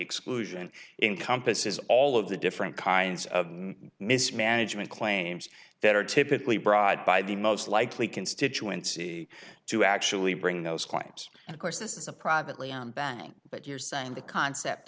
exclusion in compass is all of the different kinds of mismanagement claims that are typically broad by the most likely constituency to actually bring those claims and of course this is a privately owned bank but you're saying the concept